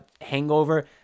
hangover